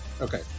okay